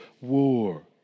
war